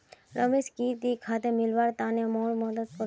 रमेश की ती खाद मिलव्वार तने मोर मदद कर बो